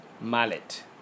mallet